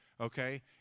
Okay